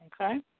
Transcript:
okay